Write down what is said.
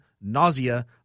nausea